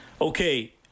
okay